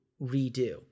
redo